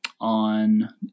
on